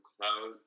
Cloud